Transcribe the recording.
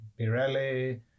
Pirelli